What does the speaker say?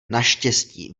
naštěstí